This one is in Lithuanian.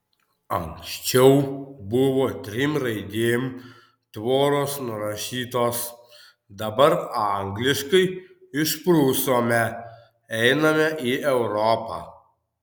anksčiau buvo trim raidėm tvoros nurašytos dabar angliškai išprusome einame į europą